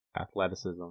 athleticism